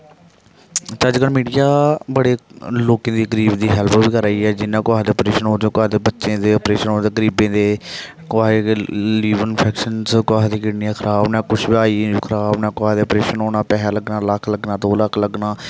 ते अज्जकल मिडिया बड़े लोकें दी गरीब दी हैल्प बी करा दी ऐ जियां कुसै दा आप्रैशन होऐ ते बच्चें दे आप्रेशन होऐ गरीबै दे कुसै गी अगर लिवर इंफैक्शन कुसै दी किडनी खराब न कुछ दा आइज खराब न कुसै दे आप्रैशन होना पैहा लग्गना लक्ख लग्गना दो लक्ख लग्गना